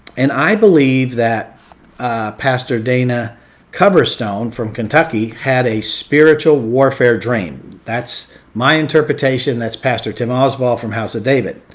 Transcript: and i believe that pastor dana coverstone from kentucky had a spiritual warfare dream. that's my interpretation. that's pastor tim alsbaugh from house of david.